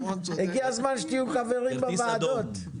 הגיע הזמן שתהיו חברים בוועדות.